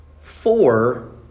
Four